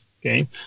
okay